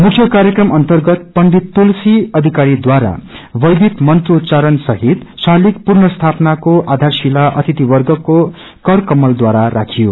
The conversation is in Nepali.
मुख्य कार्यक्रम अर्न्तगत पण्डित तुलसी अधिकारीद्वारा वैदिक मन्त्रोच्चारण सहित श्रलिग पुर्नस्थापना को आधारशिला अतिथि वप्रको करकमलद्वारा राखियो